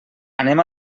anem